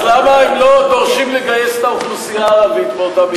אז למה הם לא דורשים לגייס את האוכלוסייה הערבית באותה מידה?